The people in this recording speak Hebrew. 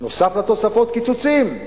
נוסף לתוספות, קיצוצים,